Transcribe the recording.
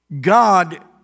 God